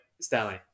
Stanley